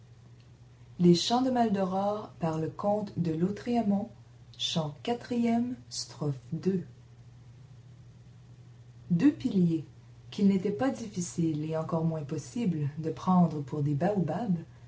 drame deux piliers qu'il n'était pas difficile et encore moins possible de prendre pour des baobabs